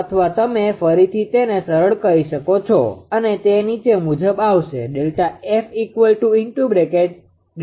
અથવા તમે ફરીથી તેને સરળ કરી શકો છો અને તે નીચે મુજબ આવશે